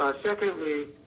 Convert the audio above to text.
secondly,